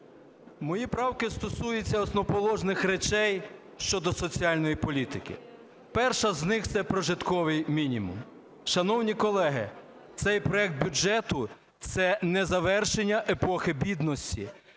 мої правки стосуються основоположних речей щодо соціальної політики. Перша з них – це прожитковий мінімум. Шановні колеги, цей проект бюджету – це не завершення епохи бідності,